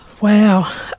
Wow